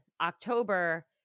October